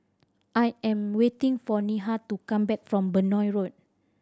I am waiting for Neha to come back from Benoi Road